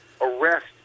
Arrest